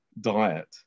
diet